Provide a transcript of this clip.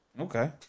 okay